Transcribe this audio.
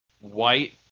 white